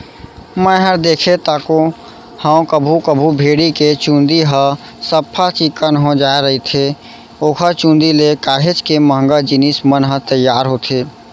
मैंहर देखें तको हंव कभू कभू भेड़ी के चंूदी ह सफ्फा चिक्कन हो जाय रहिथे ओखर चुंदी ले काहेच के महंगा जिनिस मन ह तियार होथे